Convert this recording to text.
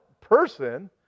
person